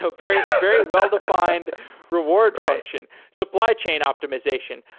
so very very well-defined reward transaction. supply chain optimization.